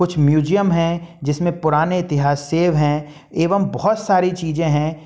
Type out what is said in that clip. कुछ म्यूजियम हैं जिसमें पुराने इतिहास सेव हैं एवं बहुत सारी चीज़ें हैं